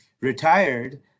retired